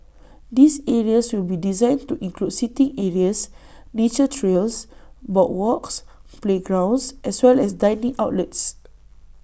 these areas will be designed to include seating areas nature trails boardwalks playgrounds as well as dining outlets